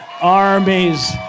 Armies